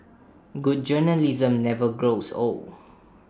good journalism never grows old